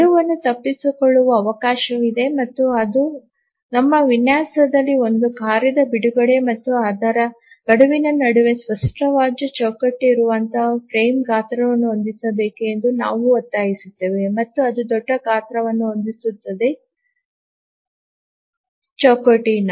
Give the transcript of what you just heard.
ಗಡುವನ್ನು ತಪ್ಪಿಸಿಕೊಳ್ಳುವ ಅವಕಾಶವಿದೆ ಮತ್ತು ಅದು ನಮ್ಮ ವಿನ್ಯಾಸದಲ್ಲಿ ಒಂದು ಕಾರ್ಯದ ಬಿಡುಗಡೆ ಮತ್ತು ಅದರ ಗಡುವಿನ ನಡುವೆ ಸ್ಪಷ್ಟವಾದ ಚೌಕಟ್ಟು ಇರುವಂತಹ ಫ್ರೇಮ್ ಗಾತ್ರವನ್ನು ಹೊಂದಿಸಬೇಕು ಎಂದು ನಾವು ಒತ್ತಾಯಿಸುತ್ತೇವೆ ಮತ್ತು ಅದು ದೊಡ್ಡ ಗಾತ್ರವನ್ನು ಹೊಂದಿಸುತ್ತದೆ ಚೌಕಟ್ಟಿನ